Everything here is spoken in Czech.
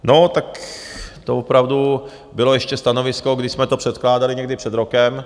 No, tak to opravdu bylo ještě stanovisko, když jsme to předkládali někdy před rokem.